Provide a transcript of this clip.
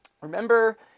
Remember